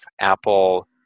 Apple